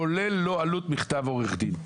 כולל לא עלות מכתב עורך דין.